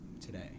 today